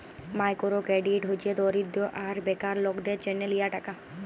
micro credit হছে দরিদ্য আর বেকার লকদের জ্যনহ লিয়া টাকা